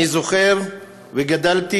אני זוכר, וגדלתי